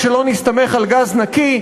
כשלא נסתמך על גז נקי,